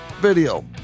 video